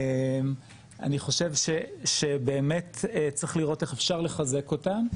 אני חושב שבאמת צריך לראות איך אפשר לחזק אותם,